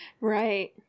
Right